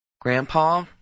Grandpa